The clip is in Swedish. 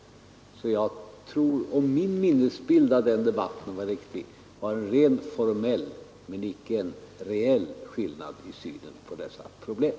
Om min minnesbild av den debatten är riktig var det alltså en formell, icke en reell skillnad i synen på dessa problem.